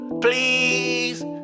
Please